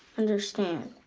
understand.